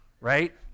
right